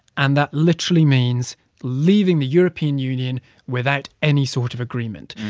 and that literally means leaving the european union without any sort of agreement.